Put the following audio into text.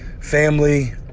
family